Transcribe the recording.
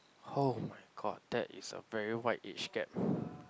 oh-my-god that is a very wide age gap